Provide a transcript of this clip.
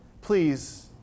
Please